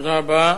תודה רבה.